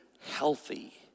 healthy